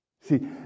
See